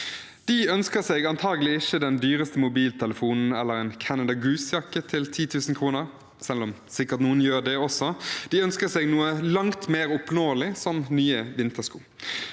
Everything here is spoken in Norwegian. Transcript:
De ønsker seg antagelig ikke den dyreste mobiltelefonen eller en Canada Goose-jakke til 10 000 kr – selv om noen sikkert gjør det også. De ønsker seg noe langt mer oppnåelig, som nye vintersko.